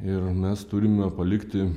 ir mes turime palikti